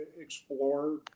explore